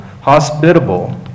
hospitable